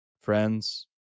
friends